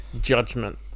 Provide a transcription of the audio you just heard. judgment